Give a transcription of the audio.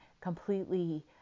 completely